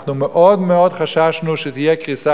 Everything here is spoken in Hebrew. אנחנו מאוד מאוד חששנו שתהיה קריסה,